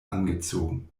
angezogen